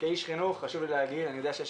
כאיש חינוך חשוב לי להגיד אני יודע שיש